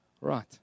Right